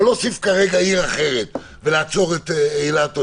לא להוסיף כרגע עיר אחרת ולעצור את אילת.